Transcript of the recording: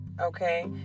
okay